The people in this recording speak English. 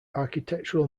architectural